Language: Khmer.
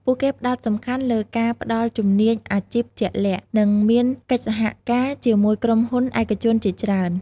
ពួកគេផ្ដោតសំខាន់លើការផ្ដល់ជំនាញអាជីពជាក់លាក់ និងមានកិច្ចសហការជាមួយក្រុមហ៊ុនឯកជនជាច្រើន។